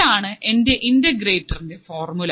ഇതാണ് എൻറെ integrator formula